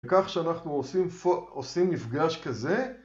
כך שאנחנו עושים, עושים מפגש כזה